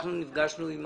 נפגשנו עם